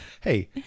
Hey